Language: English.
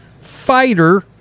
fighter